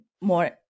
more